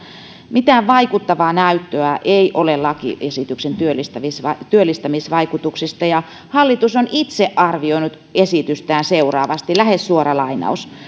mitään vaikuttavaa näyttöä ei ole lakiesityksen työllistämisvaikutuksista ja hallitus on itse arvioinut esitystään seuraavasti lähes suora lainaus